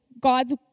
God's